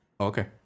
okay